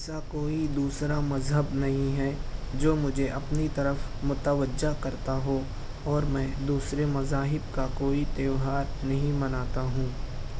ایسا کوئی دوسرا مذہب نہیں ہے جو مجھے اپنی طرف متوجہ کرتا ہو اور میں دوسرے مذاہب کا کوئی تہوار نہیں مناتا ہوں